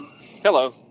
hello